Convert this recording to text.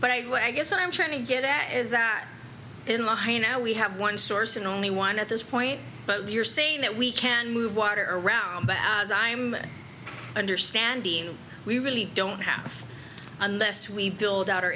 would i guess i'm trying to get at is that in my mind now we have one source and only one at this point but you're saying that we can move water around but i'm understanding we really don't have unless we build out our